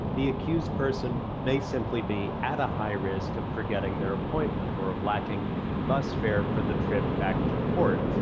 the accused person may simply be at a high risk of forgetting their appointment or of lacking bus fare for the trip back to court.